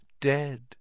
Dead